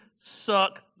suck